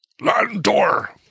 Landor